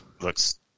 Looks